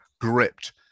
gripped